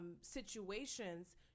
situations